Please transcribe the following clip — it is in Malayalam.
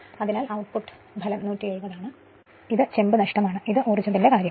അതിനാൽ ഉത്പാദനം 170 ആണ് ഇത് ചെമ്പ് നഷ്ടമാണ് ഇത് ഊർജ്ജത്തിന്റെ കാര്യമാണ്